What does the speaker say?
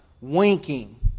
winking